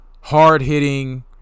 hard-hitting